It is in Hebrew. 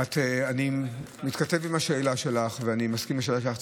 אני מתכתב עם השאלה שלך ואני מסכים עם השאלה שלך.